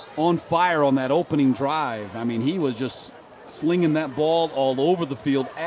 on fire on that opening drive. i mean, he was just flinging that ball all over the field,